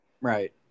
Right